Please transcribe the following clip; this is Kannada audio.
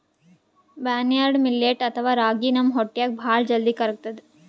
ಬರ್ನ್ಯಾರ್ಡ್ ಮಿಲ್ಲೆಟ್ ಅಥವಾ ರಾಗಿ ನಮ್ ಹೊಟ್ಟ್ಯಾಗ್ ಭಾಳ್ ಜಲ್ದಿ ಕರ್ಗತದ್